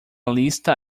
lista